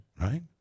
Right